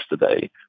yesterday